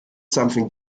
something